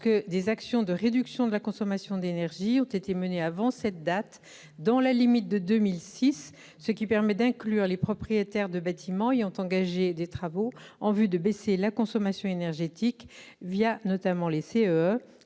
lorsque des actions de réduction de la consommation d'énergie ont été menées avant cette date. Ainsi, il serait possible d'inclure les propriétaires de bâtiments ayant engagé des travaux en vue de baisser la consommation énergétique, notamment les